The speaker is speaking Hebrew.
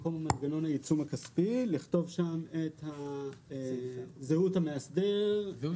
במקום מנגנון העיצום הכספי לכתוב שם את זהות המאסדר.